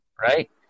right